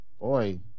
Boy